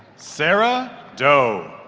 sarah doe